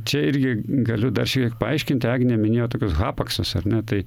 čia irgi galiu dar šiek tiek paaiškinti agnė minėjo tokius hapaksus ar ne tai